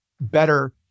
better